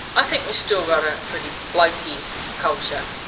i think we've still got a pretty bloke-y culture.